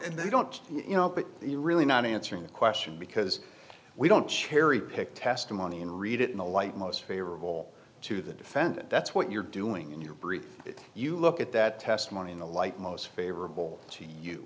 and they don't you know but you're really not answering the question because we don't cherry pick testimony and read it in the light most favorable to the defendant that's what you're doing in your brief you look at that testimony in the light most favorable to you